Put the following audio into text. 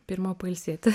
pirma pailsėti